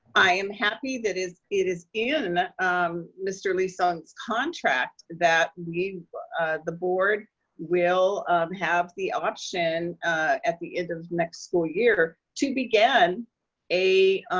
i am happy that it is in mr. lee-sung's contract that i mean the board will have the option at the end of next school year to begin a